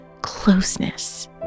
closeness